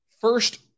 first